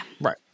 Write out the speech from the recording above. Right